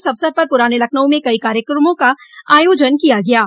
इस अवसर पर पुराने लखनऊ में कई कार्यक्रमों का आयोजन किया गया है